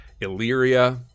Illyria